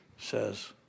says